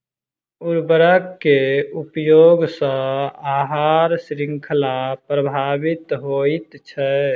उर्वरक के उपयोग सॅ आहार शृंखला प्रभावित होइत छै